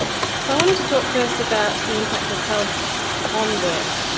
so i wanted to talk first about the impact of health on work.